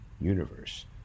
universe